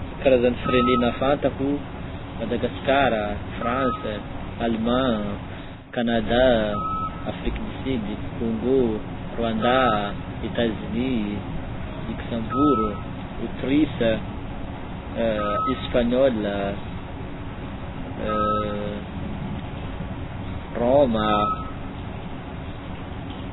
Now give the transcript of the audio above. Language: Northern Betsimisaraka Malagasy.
Karazan'ny firenena fantako Madagasikara, France, Allemand, Canada, Afrique du Sud, Congo, Rwanda, État-Unis, Luxembourg, Autruche, Espagnol, Raoma.